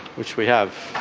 which we have.